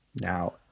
now